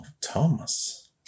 thomas